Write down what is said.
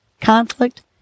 conflict